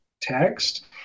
text